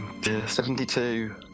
72